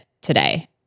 today